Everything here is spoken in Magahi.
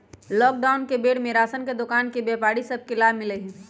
लॉकडाउन के बेर में राशन के दोकान के व्यापारि सभ के लाभ मिललइ ह